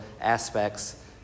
aspects